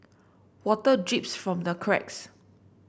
water drips from the cracks